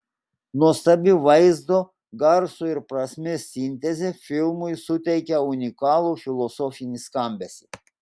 nuostabi vaizdo garso ir prasmės sintezė filmui suteikia unikalų filosofinį skambesį